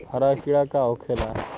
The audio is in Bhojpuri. हरा कीड़ा का होखे ला?